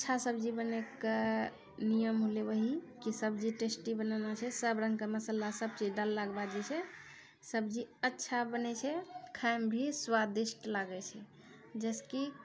अच्छा सब्जी बनैके नियम होलै वएह कि सब्जी टेस्टी बनाना छै सबरङ्गके मसल्ला सबचीज डाललाके बाद जे छै सब्जी अच्छा बनै छै खाइमे भी स्वादिष्ट लागै छै जाहिसँ कि